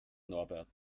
norbert